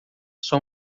sua